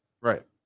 Right